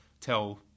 tell